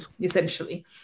essentially